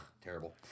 terrible